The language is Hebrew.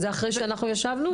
זה אחרי שאנחנו ישבנו?